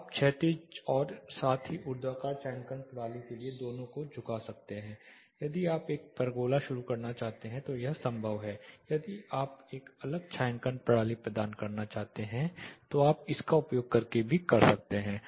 आप क्षैतिज और साथ ही ऊर्ध्वाधर छायांकन प्रणाली के लिए दोनों को झुका सकते हैं या यदि आप एक पेरगोला शुरू करना चाहते हैं तो यह संभव है यदि आप एक अलग छायांकन प्रणाली प्रदान करना चाहते हैं तो आप इसका उपयोग करके भी कर सकते हैं